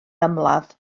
ymladd